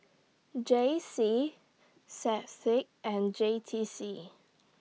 J C and J T C